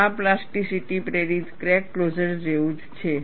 આ પ્લાસ્ટિસિટી પ્રેરિત crack closure જેવું જ છે